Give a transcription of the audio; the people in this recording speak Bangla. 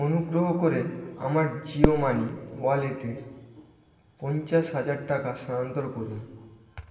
অনুগ্রহ করে আমার জিও মানি ওয়ালেটে পঞ্চাশ হাজার টাকা স্থানান্তর করুন